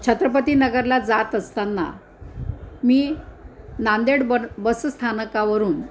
छत्रपती नगरला जात असताना मी नांदेड बर बसस्थानकावरून